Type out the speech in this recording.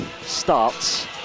starts